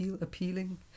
appealing